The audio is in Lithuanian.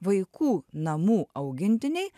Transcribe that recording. vaikų namų augintiniai